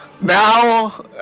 Now